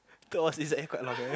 cause I was inside here quite long eh